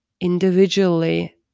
individually